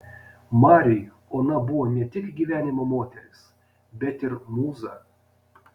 mariui ona buvo ne tik gyvenimo moteris bet ir mūza